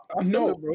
No